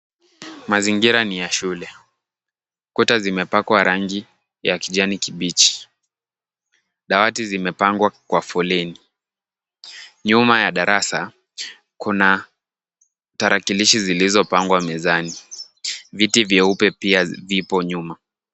Mazingira ni ya shule. Kuta zimepakwa rangi ya kijani kibichi. Dawati zimepangwa kwa foleni. Nyuma ya darasa kuna tarakilishi zilizopangwa mezani. Viti vyeupe pia vipo nyuma.